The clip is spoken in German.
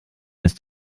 ist